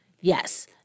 Yes